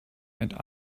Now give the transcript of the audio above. and